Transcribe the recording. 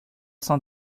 cent